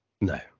no